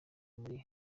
muri